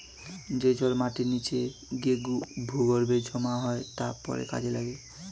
যে জল মাটির নিচে গিয়ে ভূগর্ভে জমা হয় তা পরে কাজে লাগে